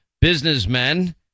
businessmen